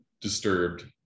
disturbed